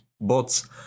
bots